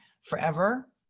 forever